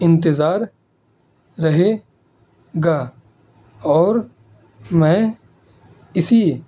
انتظار رہے گا اور میں اسی